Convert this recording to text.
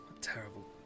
Terrible